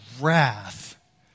wrath